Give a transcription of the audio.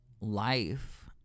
life